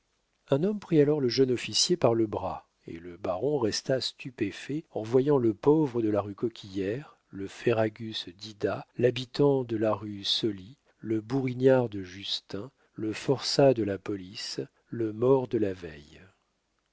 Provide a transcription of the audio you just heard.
un homme prit alors le jeune officier par le bras et le baron resta stupéfait en voyant le pauvre de la rue coquillière le ferragus d'ida l'habitant de la rue soly le bourignard de justin le forçat de la police le mort de la veille